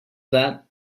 that